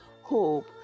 hope